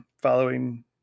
following